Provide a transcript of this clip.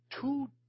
two